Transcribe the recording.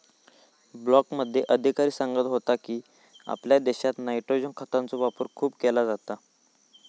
ब्लॉकमध्ये अधिकारी सांगत होतो की, आपल्या देशात नायट्रोजन खतांचो वापर खूप केलो जाता